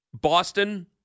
Boston